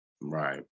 Right